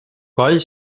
coll